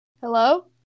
Hello